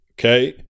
Okay